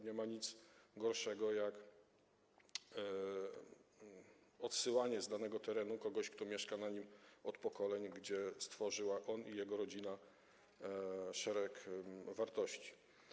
Nie ma nic gorszego, jak odsyłanie z danego terenu kogoś, kto mieszka na nim od pokoleń i stworzył tam on i jego rodzina szereg wartości.